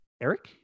Eric